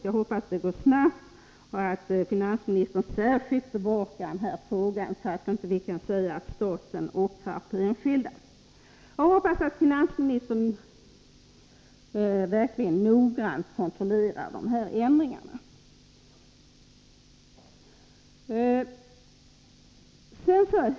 Jag hoppas det går snabbt och att finansministern särskilt bevakar den, så att vi inte kan säga att staten ockrar på enskilda. Jag hoppas alltså att finansministern verkligen noggrant kontrollerar att de här ändringarna genomförs.